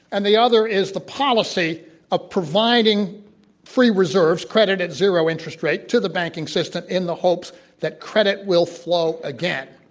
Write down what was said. and the other is the policy of ah providing free reserves, credit at zero interest rate, to the banking system in the hopes that credit will flow again.